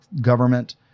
government